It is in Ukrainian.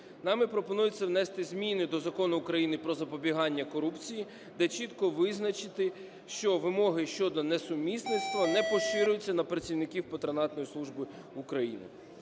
нами пропонується внести зміни до Закону України "Про запобігання корупції", де чітко визначити, що вимоги щодо несумісництва не поширюються на працівників патронатної служби України.